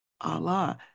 Allah